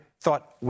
thought